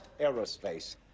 Aerospace